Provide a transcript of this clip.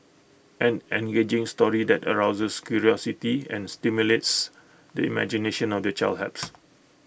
an engaging story that arouses curiosity and stimulates the imagination of the child helps